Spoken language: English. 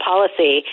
policy